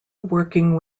working